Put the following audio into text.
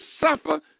suffer